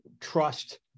trust